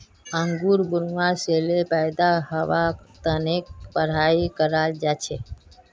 अंगूर बुनवा से ले पैदा हवा तकेर पढ़ाई कराल जा छे